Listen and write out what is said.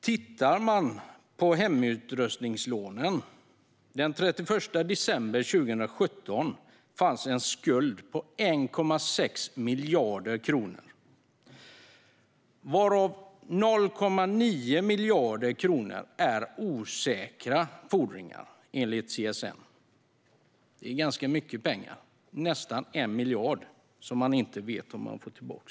När det gäller hemutrustningslånen fanns den 31 december 2017 en skuld på 1,6 miljarder kronor. Enligt CSN utgör 0,9 miljarder av dessa osäkra fodringar. Det är ganska mycket pengar - nästan 1 miljard - som man inte vet om man får tillbaka.